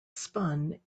spun